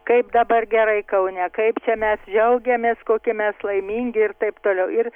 kaip dabar gerai kaune kaip čia mes džiaugiamės kokie mes laimingi ir taip toliau ir